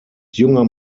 junger